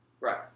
Right